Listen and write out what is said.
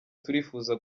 turifuza